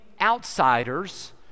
outsiders